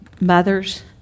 Mothers